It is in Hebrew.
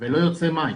- ולא יוצא מים